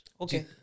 okay